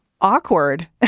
Awkward